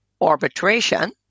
arbitration